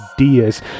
ideas